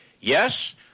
Yes